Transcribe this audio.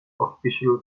official